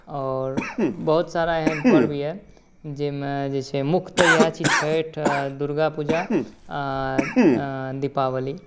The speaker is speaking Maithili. आओर बहुत सारा एहन पर्व अइ जाहिमे जे छै मुख्य तऽ इएह छै छठि दुर्गापूजा दीपावली